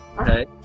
okay